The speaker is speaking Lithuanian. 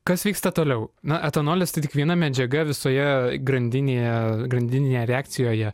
kas vyksta toliau na etanolis tai tik viena medžiaga visoje grandinėje grandininėje reakcijoje